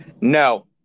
No